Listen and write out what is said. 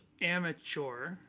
amateur